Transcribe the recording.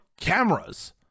cameras